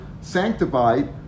sanctified